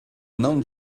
não